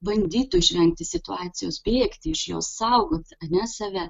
bandytų išvengti situacijos bėgti iš jos saugant ane save